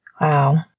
Wow